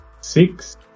six